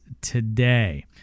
today